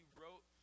wrote